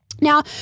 Now